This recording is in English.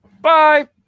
Bye